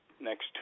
next